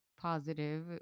positive